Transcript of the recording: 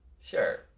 Sure